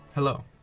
Hello